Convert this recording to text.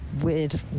weird